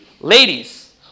ladies